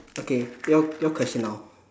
okay your your question now